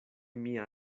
mia